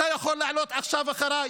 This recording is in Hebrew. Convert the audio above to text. אתה יכול לעלות עכשיו אחריי.